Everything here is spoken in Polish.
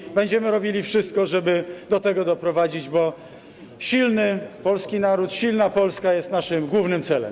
I będziemy robili wszystko, żeby do tego doprowadzić, bo silny polski naród, silna Polska jest naszym głównym celem.